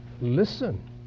listen